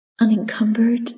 Unencumbered